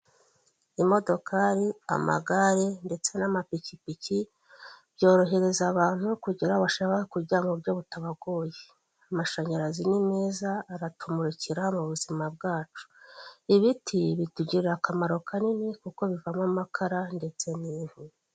Imodokari, amagare, ndetse n'amapikipiki, byorohereza abantu kugera aho bashaka kujya mu buryo butabagoye. Amashanyarazi ni meza, aratumurikira mu buzima bwacu. Ibiti bitugirira akamaro kanini kuko bivamo amakara ndetse n'inkwi.